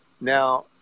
Now